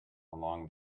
along